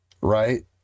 right